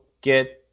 get